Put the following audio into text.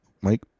Mike